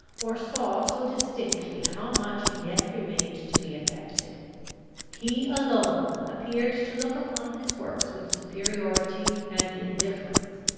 or saw so distinctly how much yet remained to be effected he alone appeared to look upon his works with superiority and indifference.